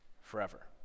forever